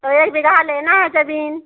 तो एक बीघा लेना है जमीन